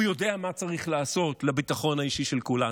הוא יודע מה צריך לעשות לביטחון האישי של כולנו.